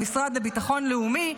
המשרד לביטחון לאומי,